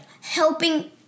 helping